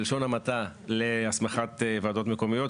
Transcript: בלשון המעטה, להסמכת ועדות מקומיות.